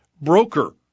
broker